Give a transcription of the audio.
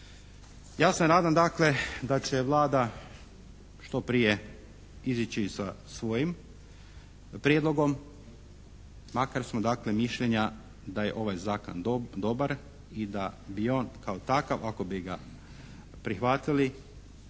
Ja sa nadam da će Vlada što prije izići sa svojim prijedlogom makar smo mišljenja da je ovaj zakon dobar i da bi on kao takav ako bi ga prihvatili